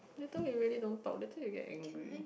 later we really don't talk later you get angry